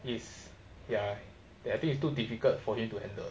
is ya that I think is too difficult for him to handle